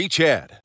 Chad